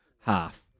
half